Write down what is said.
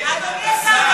אדוני השר,